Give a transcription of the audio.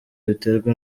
biterwa